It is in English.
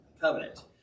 covenant